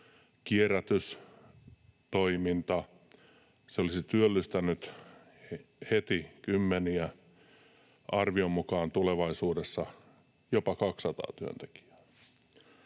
Kierrätystoiminta olisi työllistänyt heti kymmeniä, arvion mukaan tulevaisuudessa jopa 200 työntekijää.